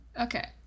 Okay